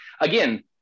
Again